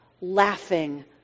laughing